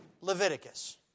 leviticus